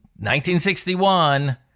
1961